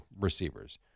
receivers